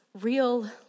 real